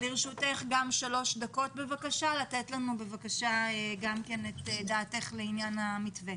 לרשותך גם שלוש דקות לתת לנו את חוות דעתך לעניין המתווה.